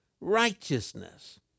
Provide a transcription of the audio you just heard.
righteousness